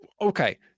Okay